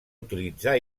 utilitzar